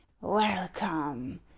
Welcome